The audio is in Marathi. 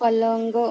पलंग